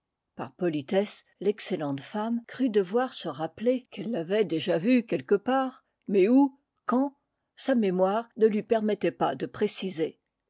par politesse l'excellente femme crut devoir se rappeler qu'elle l'avait déjà vu quelque part mais où quand sa mémoire ne lui permettait pas de préciser